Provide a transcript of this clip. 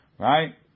Right